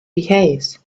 behaves